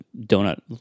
donut